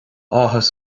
áthas